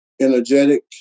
energetic